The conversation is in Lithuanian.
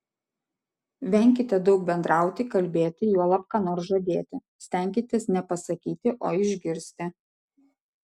venkite daug bendrauti kalbėti juolab ką nors žadėti stenkitės ne pasakyti o išgirsti